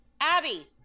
Abby